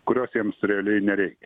kurios jiems realiai nereikia